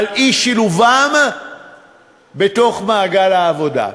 על אי-שילובם בתוך מעגל העבודה.